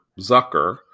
Zucker